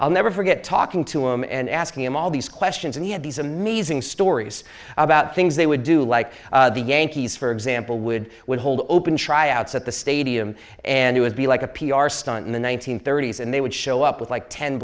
i'll never forget talking to him and asking him all these questions and he had these amazing stories about things they would do like the yankees for example would would hold open tryouts at the stadium and it would be like a p r stunt in the one nine hundred thirty s and they would show up with like ten